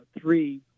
three